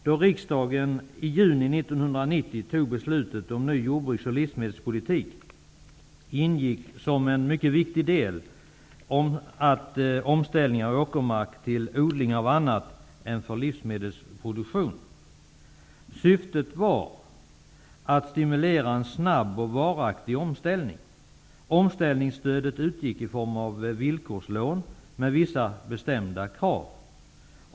Då riksdagen i juni 1990 fattade beslutet om en ny jordbruks och livsmedelspolitik ingick omställning av åkermark till annan produktion än livsmedelsproduktion som en mycket viktig del. Syftet var att en snabb och varaktig omställning skulle stimuleras. Omställningsstödet utgick i form av villkorslån, med vissa bestämda krav.